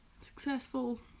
successful